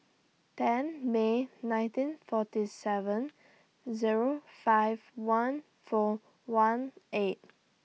ten May nineteen forty seven Zero five one four one eight